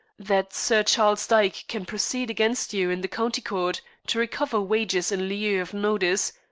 that sir charles dyke can proceed against you in the county court to recover wages in lieu of notice,